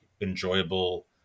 enjoyable